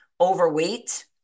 overweight